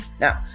Now